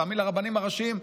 תאמין לרבנים הראשיים,